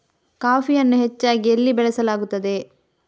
ಕಾಫಿಯನ್ನು ಹೆಚ್ಚಾಗಿ ಎಲ್ಲಿ ಬೆಳಸಲಾಗುತ್ತದೆ?